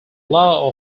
law